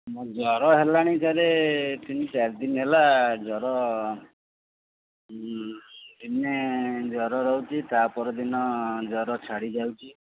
ମୋ ଜ୍ୱର ହେଲାଣି ସାରେ୍ ତିନ ଚାରି ଦିନ ହେଲା ଜ୍ୱର ଦିନେ ଜ୍ୱର ରହୁଛି ତା'ପରଦିନ ଜ୍ୱର ଛାଡ଼ି ଯାଉଛି